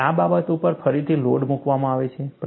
અને આ બાબત ઉપર ફરીથી લોડ મૂકવામાં આવે છે